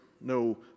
no